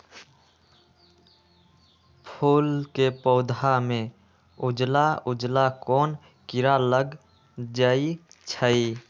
फूल के पौधा में उजला उजला कोन किरा लग जई छइ?